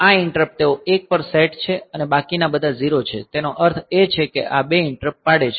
આ ઈંટરપ્ટ તેઓ 1 પર સેટ છે અને બાકીના બધા 0 છે તેનો અર્થ એ છે કે આ બે ઈંટરપ્ટ પાડે છે